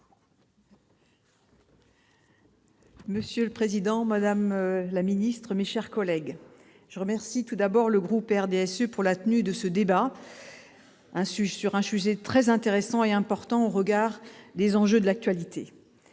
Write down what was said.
Monsieur le président, madame la secrétaire d'État, mes chers collègues, je remercie, tout d'abord, le groupe du RDSE de la tenue de ce débat sur un sujet très intéressant et important au regard des enjeux de l'actualité.